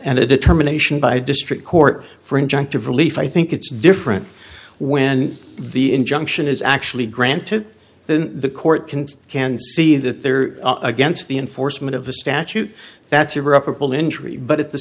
and a determination by district court for injunctive relief i think it's different when the injunction is actually granted then the court can can see that they're against the enforcement of the statute that's your upper ball injury but at the